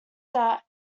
that